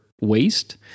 waste